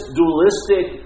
dualistic